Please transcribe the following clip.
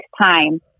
time